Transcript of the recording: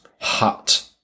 hut